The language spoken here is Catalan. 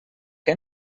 què